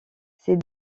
ces